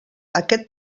aquest